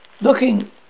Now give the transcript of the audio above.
Looking